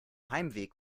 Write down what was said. heimweg